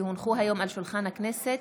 כי הונחו היום על שולחן הכנסת